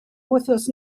wythnos